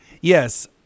yes